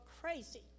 crazy